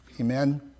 amen